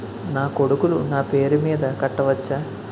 నా కొడుకులు నా పేరి మీద కట్ట వచ్చా?